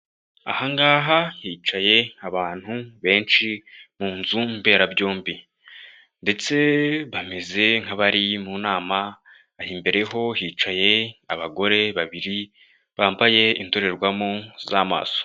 Aha ngaha hicaye abantu benshi mu nzu mberabyombi ndetse bameze nk'abari mu nama, aho imbere ho hicaye abagore babiri bambaye indorerwamo z'amaso.